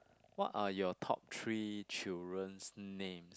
what are your top three children's name